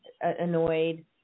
annoyed